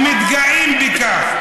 ומתגאים בכך.